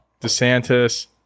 DeSantis